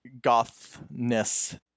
gothness